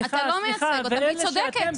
אתה לא מייצג אותם, היא צודקת.